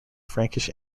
frankish